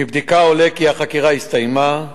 מבדיקה עולה כי החקירה הסתיימה.